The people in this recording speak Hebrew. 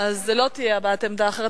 תהיה הבעת עמדה אחרת,